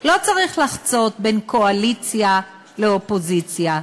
לא צריך לחצות בין קואליציה לאופוזיציה.